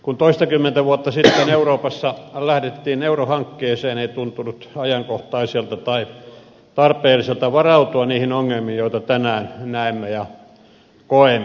kun toistakymmentä vuotta sitten euroopassa lähdettiin eurohankkeeseen ei tuntunut ajankohtaiselta tai tarpeelliselta varautua niihin ongelmiin joita tänään näemme ja koemme